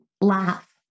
laugh